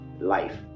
LIFE